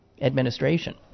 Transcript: administration